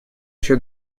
еще